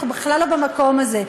אנחנו בכלל לא במקום הזה.